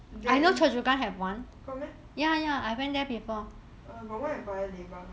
there is got meh got [one] at paya lebar